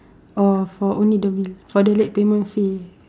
or for only the bill for the late payment fee